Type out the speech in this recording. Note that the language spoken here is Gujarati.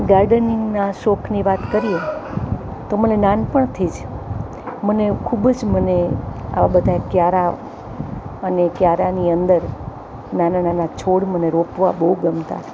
ગાર્ડનિંગના શોખની વાત કરીએ તો મને નાનપણથી જ મને ખૂબ જ મને આ બધા પ્યારા અને ક્યારાની અંદર નાના નાના છોડ મને રોપવા બહુ ગમતા